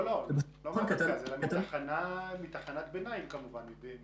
לא מהמרכז, אלא מתחנת ביניים, כמובן.